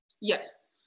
Yes